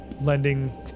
lending